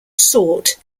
sort